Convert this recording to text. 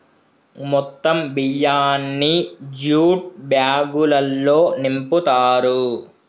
మొత్తం బియ్యాన్ని జ్యూట్ బ్యాగులల్లో నింపుతారు